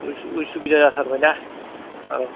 उसु उसुबिदा जाथारबाय ना औ